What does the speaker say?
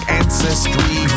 ancestry